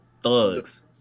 thugs